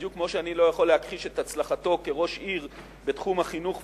בדיוק כמו שאני לא יכול להכחיש את הצלחתו כראש עיר בתחום החינוך,